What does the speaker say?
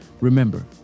Remember